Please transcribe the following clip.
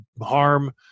harm